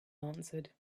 answered